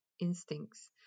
instincts